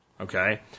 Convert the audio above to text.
Okay